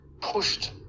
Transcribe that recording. pushed